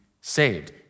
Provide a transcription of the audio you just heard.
saved